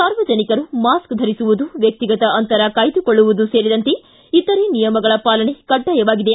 ಸಾರ್ವಜನಿಕರು ಮಾಸ್ಕ್ ಧರಿಸುವುದು ವ್ಯಕ್ತಿಗತ ಅಂತರ ಕಾಯ್ದುಕೊಳ್ಳುವುದು ಸೇರಿದಂತೆ ಇತರೆ ನಿಯಮಗಳ ಪಾಲನೆ ಕಡ್ನಾಯವಾಗಿದೆ